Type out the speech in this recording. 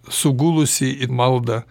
sugulusi į maldą